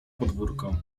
podwórko